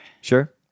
Sure